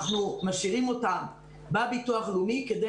אנחנו משאירים אותם בביטוח הלאומי כדי